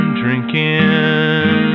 drinking